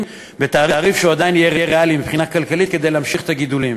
בתעריף שעדיין יהיה ריאלי מבחינה כלכלית כדי להמשיך את הגידולים,